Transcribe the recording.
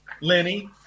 Lenny